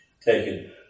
taken